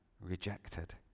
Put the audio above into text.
rejected